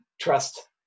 trust